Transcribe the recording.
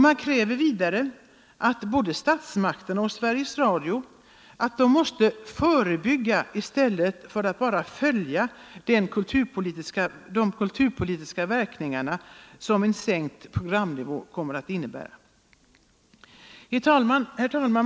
Man kräver vidare av både statsmakterna och Sveriges Radio att de måste förebygga i stället för att bara följa de kulturpolitiska verkningarna av en sänkt programnivå. Herr talman!